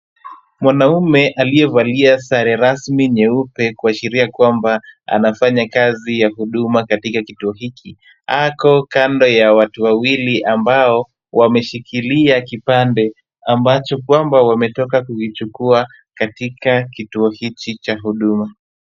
Mwanaume aliyevalia sare rasmi nyeupe kuashiria kwamba anafanya kazi ya huduma katika kituo hiki. Ako kando ya watu wawili ambao wameshikilia kipande ambacho kwamba wametoka kuvichukua katika kituo hiki cha huduma.